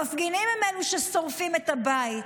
המפגינים הם ששורפים את הבית.